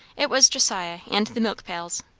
it was josiah and the milk pails.